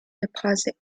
deposit